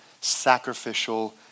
sacrificial